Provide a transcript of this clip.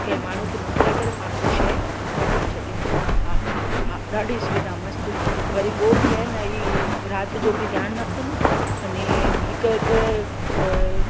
कंहिं माण्हू खे मोकिले करे पाण खे शइ मोकिलाए छॾींदा आहिनि हा हा ॾाढी सुविधा मस्तु वरी पोइ बि आहे न हीअ राति जो बि ध्यानु रखनि अने हिकु हिकु